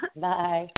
Bye